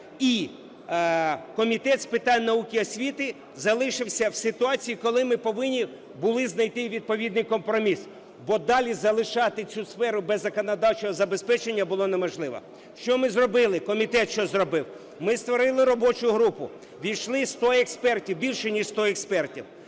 І Комітет з питань науки і освіти залишився в ситуації, коли ми повинні були знайти відповідний компроміс, бо далі залишати цю сферу без законодавчого забезпечення було неможливо. Що ми зробили, комітет, що зробив? Ми створили робочу групу, ввійшли сто експертів, більше ніж сто експертів.